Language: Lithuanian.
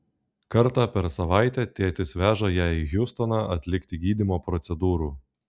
kartą per savaitę tėtis veža ją į hjustoną atlikti gydymo procedūrų